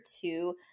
two